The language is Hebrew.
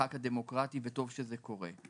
מהמשחק הדמוקרטי וטוב שזה קורה.